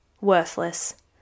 worthless